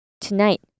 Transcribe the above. Tonight